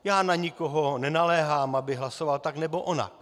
Já na nikoho nenaléhám, aby hlasoval tak nebo onak.